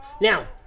now